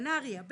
בנהריה,